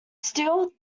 still